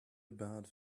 about